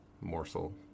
morsel